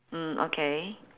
mm okay